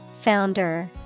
Founder